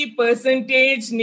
percentage